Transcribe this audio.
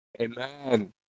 Amen